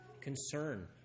concern